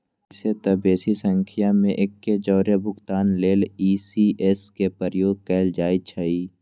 अइसेए तऽ बेशी संख्या में एके जौरे भुगतान लेल इ.सी.एस के प्रयोग कएल जाइ छइ